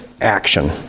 action